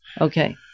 Okay